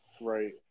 right